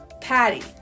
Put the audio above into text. Patty